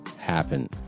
happen